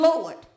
Lord